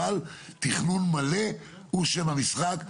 אבל תכנון מלא הוא שם משחק.